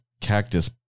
cactus